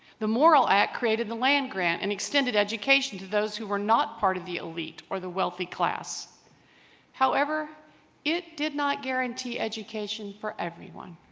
the morrill act created the land-grant and extended education to those who were not part of the elite or the wealthy class however it did not guarantee education for everyone